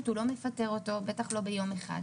מערכת הבריאות במאות ובמיליארדי שקלים.